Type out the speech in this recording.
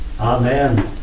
Amen